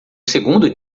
segundo